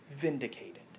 vindicated